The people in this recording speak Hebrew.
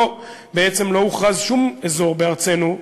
בעצם לא הוכרז שום אזור בארצנו,